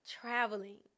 traveling